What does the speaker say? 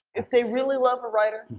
if they really love a writer,